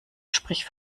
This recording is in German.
sprich